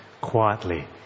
quietly